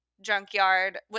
junkyard